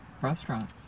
restaurant